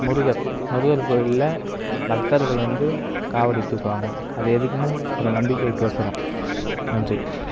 முருகர் முருகர் கோவிலில் பக்தர்கள் வந்து காவடி தூக்குவாங்க அது எதுக்குனால் ஒரு நம்பிக்கைக்கொசொரம் நன்றி